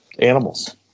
animals